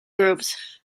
groups